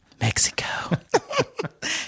Mexico